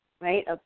right